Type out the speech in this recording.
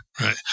right